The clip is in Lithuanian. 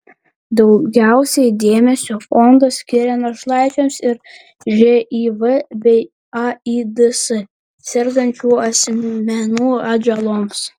daugiausiai dėmesio fondas skiria našlaičiams ir živ bei aids sergančių asmenų atžaloms